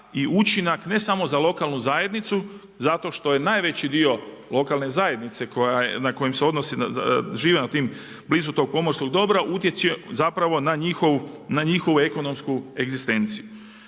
i učinak ne samo za lokalnu zajednicu, zato što je najveći dio lokalne zajednice na koje se odnose, žive blizu tog pomorskog dobra, utječe zapravo na njihovu ekonomsku egzistenciju.